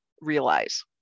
realize